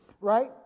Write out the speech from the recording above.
right